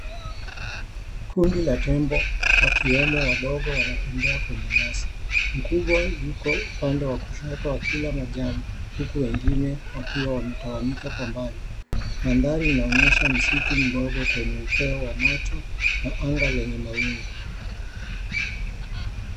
Kundi la tembo wakiwemo wadogo wanatembea kwenye nyasi. Mkubwa yuko upande wa kushoto akila majani, huku wengine wakiwa wametawanyika pambani. Mandari inaonyesha msitu mdogo kwenye upeo wa macho na anga lenye mawingu.